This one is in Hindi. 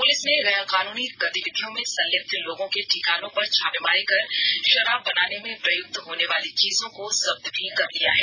पुलिस ने गैरकानूनी गतिविधियों में संलिप्त लोगों के ठिकानों पर छापामारी कर शराब बनाने में प्रयुक्त होने वाली चीजों को जब्त भी कर लिया गया है